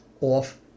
off